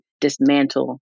dismantle